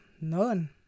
none